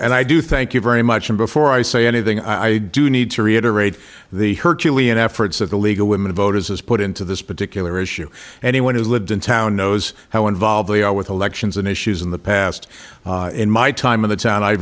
and i do thank you very much and before i say anything i do need to reiterate the her chilean efforts of the league of women voters is put into this particular issue anyone who's lived in town knows how involved they are with elections and issues in the past in my time in the town i